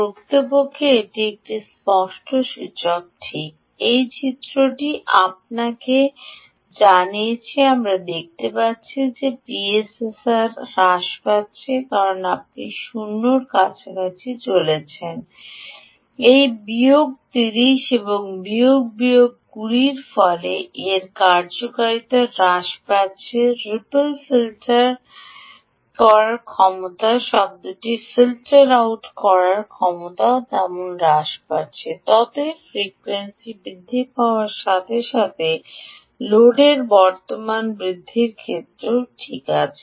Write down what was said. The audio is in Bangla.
প্রকৃতপক্ষে এটি একটি স্পষ্ট সূচক ঠিক এই চিত্রটি আপনাকে জানিয়েছে আমরা দেখতে পাচ্ছি যে পিএসআরআর হ্রাস পাচ্ছে কারণ আপনি 0 এর কাছাকাছি চলেছেন এটি বিয়োগ 30 বিয়োগ 20 এবং এর ফলে এর কার্যকারিতা হ্রাস পাচ্ছে রিপল ফিল্টার করার ক্ষমতা শব্দটি ফিল্টার আউট করার ক্ষমতাও যেমন হ্রাস পাচ্ছে ততই ফ্রিকোয়েন্সি বৃদ্ধি পাওয়ার সাথে সাথে লোডের বর্তমান বৃদ্ধির ক্ষেত্রেও ঠিক আছে